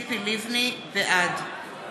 בעד